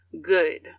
good